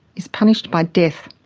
is punished by death.